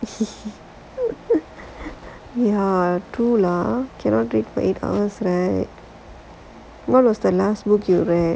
for very long ya true lah cannot do it for eight hours right what was the last book you read